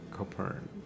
Copern